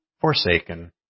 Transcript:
forsaken